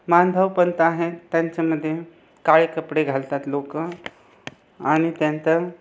माधवपंथ आहे त्यांच्यामध्ये काळे कपडे घालतात लोक आणि त्यांतं